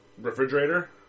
refrigerator